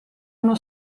uno